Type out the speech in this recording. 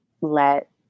let